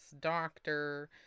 doctor